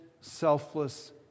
selfless